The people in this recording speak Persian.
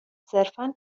صرفا